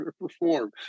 perform